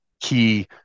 key